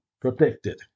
protected